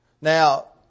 Now